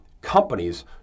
companies